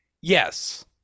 Yes